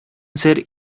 ser